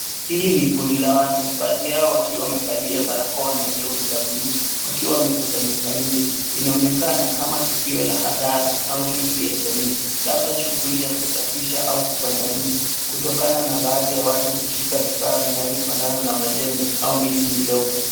Hili ni kundi la watu baadhi yao wakiwa wamevalia barakoa na glovu za bluu wakiwa wamekusanyika nje. Inaonekana kama tukio la hadhara au shughuli ya jamii labda shughuli ya kusafisha au kupanda mti kutokana na watu kushika vifaa vinavyofanana na majembe au miti midogo.